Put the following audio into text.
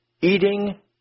eating